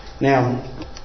Now